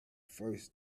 first